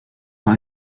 była